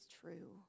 true